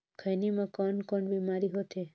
खैनी म कौन कौन बीमारी होथे?